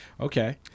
Okay